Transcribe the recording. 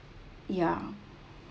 yeah